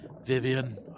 Vivian